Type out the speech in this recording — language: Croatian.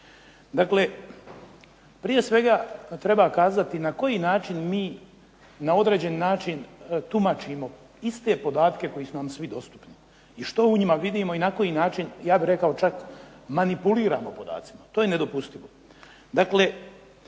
Dakle, prije svega treba kazati na koji način mi na određeni način tumačimo iste podatke koji su nam svi dostupni i što u njima vidimo i na koji način, ja bih rekao čak, manipuliramo podacima. To je nedopustivo. Dakle